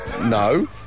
no